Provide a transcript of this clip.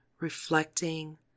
reflecting